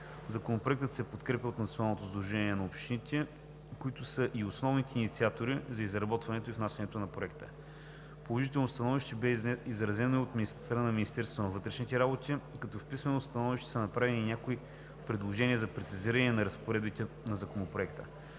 Законопроектът се подкрепя от Националното сдружение на общините, които са и основните инициатори за изработването и внасянето на проекта. Положително становище бе изразено и от страна на Министерството на вътрешните работи, като в писмено становище са направени и някои предложения за прецизиране на разпоредбите на Законопроекта.